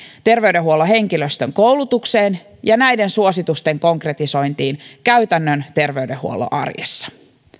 terveydenhuollon henkilöstön koulutukseen ja näiden suositusten konkretisointiin käytännön terveydenhuollon arjessa